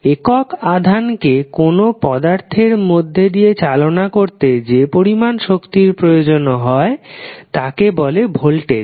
একক আধানকে কোনো পদার্থের মধ্যে দিয়ে চালনা করতে যে পরিমাণ শক্তির প্রয়োজন হয় তাকে বলে ভোল্টেজ